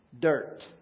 dirt